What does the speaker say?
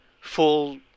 full